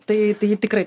tai tai tikrai